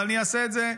אבל אני אעשה את זה,